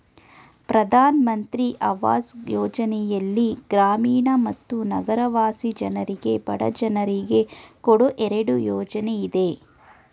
ಪ್ರಧಾನ್ ಮಂತ್ರಿ ಅವಾಜ್ ಯೋಜನೆಯಲ್ಲಿ ಗ್ರಾಮೀಣ ಮತ್ತು ನಗರವಾಸಿ ಜನರಿಗೆ ಬಡ ಜನರಿಗೆ ಕೊಡೋ ಎರಡು ಯೋಜನೆ ಇದೆ